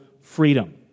freedom